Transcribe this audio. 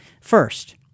First